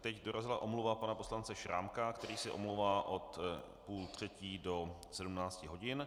Teď dorazila omluva pana poslance Šrámka, který se omlouvá od půl třetí do 17 hodin.